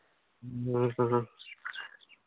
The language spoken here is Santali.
ᱦᱮᱸ